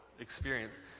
experience